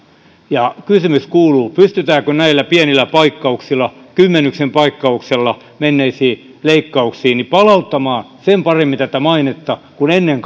ja kysymys kuuluu pystytäänkö näillä pienillä pakkauksilla kymmenyksen paikkauksella menneisiin leikkauksiin palauttamaan sen paremmin tätä mainetta kuin ennen